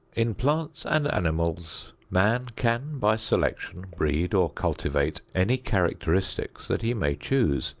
in plants and animals, man can by selection breed or cultivate any characteristics that he may choose,